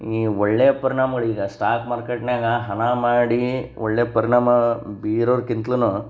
ಈ ಒಳ್ಳೆಯ ಪರಿಣಾಮಗಳು ಈಗ ಸ್ಟಾಕ್ ಮಾರ್ಕೇಟ್ನ್ಯಾಗ ಹಣ ಮಾಡೀ ಒಳ್ಳೆಯ ಪರಿಣಾಮ ಬೀರೋರ್ಕಿಂತ್ಲೂನು